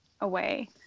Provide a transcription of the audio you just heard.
away